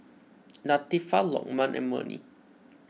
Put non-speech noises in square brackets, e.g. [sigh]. Latifa Lokman and Murni [noise]